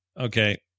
Okay